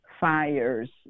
fires